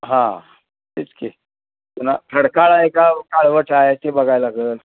हां तेच की पुन्हा खडकाळ आहे का काळवट आहे ते बघाय लागेल